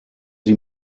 sie